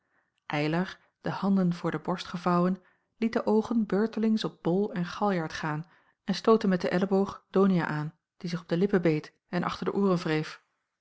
eylar de handen voor de borst gevouwen liet de oogen beurtelings op bol en galjart gaan en stootte met den elleboog donia aan die zich op de lippen beet en achter de ooren wreef